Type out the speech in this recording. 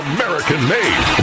American-made